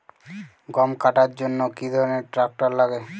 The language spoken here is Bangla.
গম কাটার জন্য কি ধরনের ট্রাক্টার লাগে?